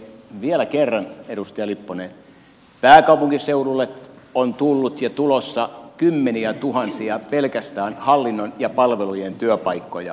vielä kerran edustaja lipponen pääkaupunkiseudulle on tullut ja tulossa pelkästään hallinnon ja palvelujen työpaikkoja kymmeniä tuhansia